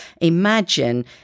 imagine